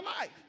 life